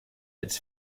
its